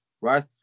right